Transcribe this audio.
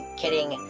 kidding